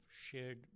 shared